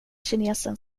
kinesen